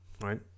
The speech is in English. right